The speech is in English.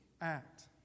act